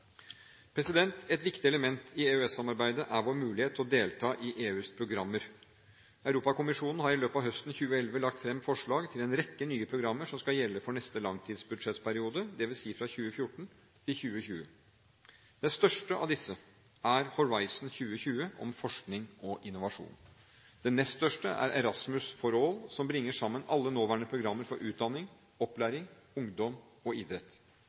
Et viktig element i EØS-samarbeidet er vår mulighet til å delta i EUs programmer. Europakommisjonen har i løpet av høsten 2011 lagt fram forslag til en rekke nye programmer som skal gjelde for neste langtidsbudsjettperiode, dvs. fra 2014 til 2020. Det største av disse er Horizon 2020, om forskning og innovasjon. Det nest største er Erasmus for All, som bringer sammen alle nåværende programmer for utdanning, opplæring, ungdom og idrett.